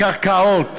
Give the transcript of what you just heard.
הקרקעות